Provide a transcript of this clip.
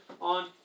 on